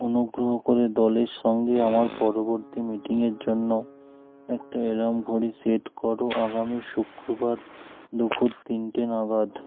অনুগ্রহ করে দলের সঙ্গে আমার পরবর্তী মিটিংয়ের জন্য একটা অ্যালার্ম ঘড়ি সেট করো আগামী শুক্রবার দুপুর তিনটে নাগাদ